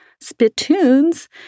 spittoons